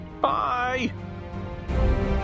Bye